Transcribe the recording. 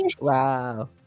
wow